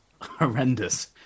horrendous